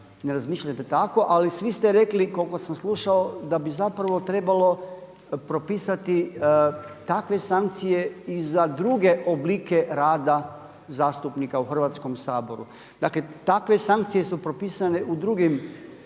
ne razmišljate tako, ali svi ste rekli koliko sam slušao da bi zapravo trebalo propisati takve sankcije i za druge oblike rada zastupnika u Hrvatskom saboru. Dakle takve sankcije su propisane u drugim